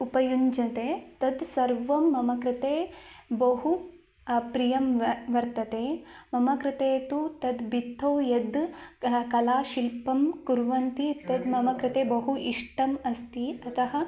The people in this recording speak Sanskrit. उपयुञ्जते तत् सर्वं मम कृते बहु प्रियं व वर्तते मम कृते तु तद् भित्तौ यद् कह् कलाशिल्पं कुर्वन्ति तद् मम कृते बहु इष्टम् अस्ति अतः